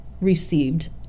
received